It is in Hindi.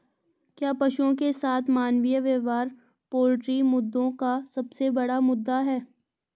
क्या पशुओं के साथ मानवीय व्यवहार पोल्ट्री मुद्दों का सबसे बड़ा मुद्दा है?